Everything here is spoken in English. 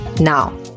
Now